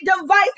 device